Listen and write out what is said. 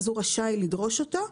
אז הוא רשאי לדרוש אותה.